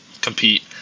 compete